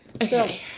Okay